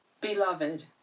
Beloved